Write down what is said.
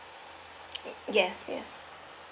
yes yes